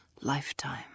lifetime